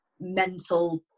mental